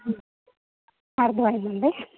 అర్థమైంది